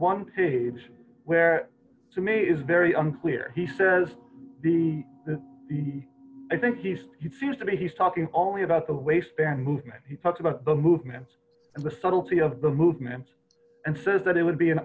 one page where to me is very unclear he says the i think he's he seems to be he's talking only about the waistband movement he talks about the movement and the subtlety of the movement and says that it would be an